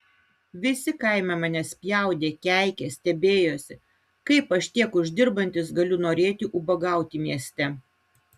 visi kaime mane spjaudė keikė stebėjosi kaip aš tiek uždirbantis galiu norėti ubagauti mieste